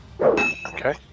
Okay